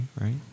right